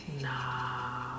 Nah